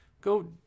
go